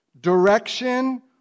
direction